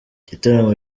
igitaramo